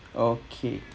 okay